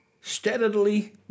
steadily